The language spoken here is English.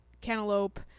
cantaloupe